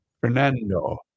Fernando